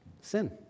sin